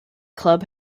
club